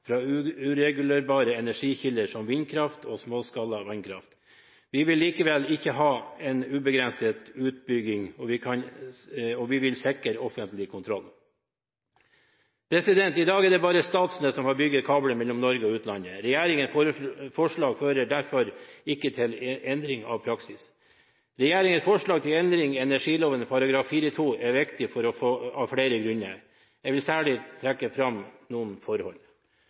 uregulerbare energikilder som vindkraft og småskala vannkraft. Vi vil likevel ikke ha en ubegrenset utbygging, og vi vil sikre offentlig kontroll. I dag er det bare Statnett som bygger kabler mellom Norge og utlandet. Regjeringens forslag fører ikke til endring av praksis. Regjeringens forslag til endring i energiloven § 4-2 er viktig av flere grunner. Jeg vil særlig trekke fram noen forhold.